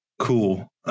cool